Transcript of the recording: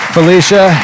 Felicia